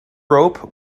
rope